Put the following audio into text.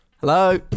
Hello